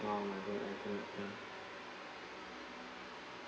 now I think I think ya